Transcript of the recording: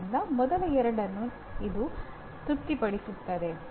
ಆದ್ದರಿಂದ ಮೊದಲ ಎರಡನ್ನು ಇದು ತೃಪ್ತಿಪಡಿಸುತ್ತದೆ